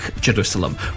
Jerusalem